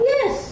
Yes